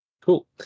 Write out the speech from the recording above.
cool